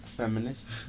Feminist